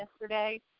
yesterday